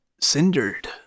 cindered